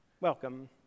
welcome